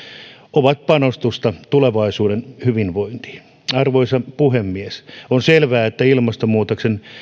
ovat panostusta tulevaisuuden hyvinvointiin arvoisa puhemies on selvää että ilmastonmuutoksen